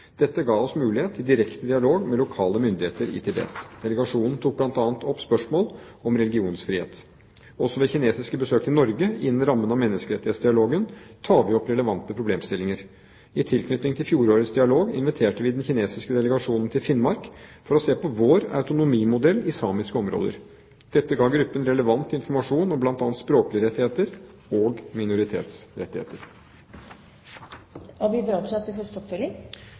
Dette ga oss mulighet til direkte dialog med lokale myndigheter i Tibet. Delegasjonen tok bl.a. opp spørsmål om religionsfrihet. Også ved kinesiske besøk til Norge innen rammen av menneskerettighetsdialogen tar vi opp relevante problemstillinger. I tilknytning til fjorårets dialog inviterte vi den kinesiske delegasjonen til Finnmark for å se på vår autonomimodell i samiske områder. Dette ga gruppen relevant informasjon om bl.a. språklige rettigheter og